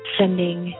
sending